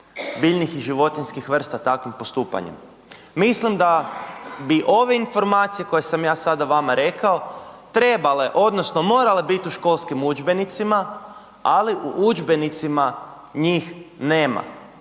biljnih i životinjskih vrsta takvim postupanjem. Mislim bi ove informacije koje sam ja sada vama rekao trebale odnosno morale biti u školskim udžbenicima, ali u udžbenicima njih nema.